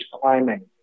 climbing